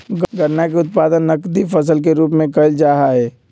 गन्ना के उत्पादन नकदी फसल के रूप में कइल जाहई